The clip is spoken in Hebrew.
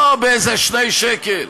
לא באיזה 2 שקלים,